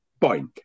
point